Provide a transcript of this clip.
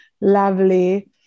Lovely